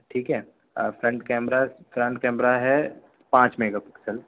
ठीक है front camera front camera है पाँच मेगापिक्सल